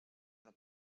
una